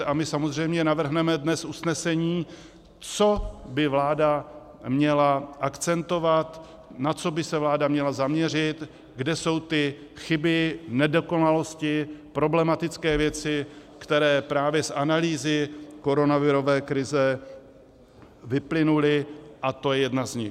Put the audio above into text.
A my samozřejmě navrhneme dnes usnesení, co by vláda měla akcentovat, na co by se vláda měla zaměřit, kde jsou ty chyby, nedokonalosti, problematické věci, které právě z analýzy koronavirové krize vyplynuly, a tohle je jedna z nich.